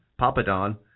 Papadon